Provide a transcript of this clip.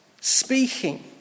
speaking